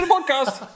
Podcast